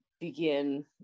begin